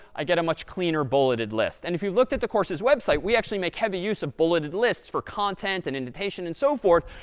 i get a much cleaner, bulleted list. and if you looked at the course's website, we actually make heavy use of bulleted lists for content and indentation and so forth.